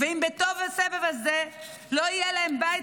ואם בתום הסבב הזה לא יהיה להם בית,